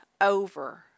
over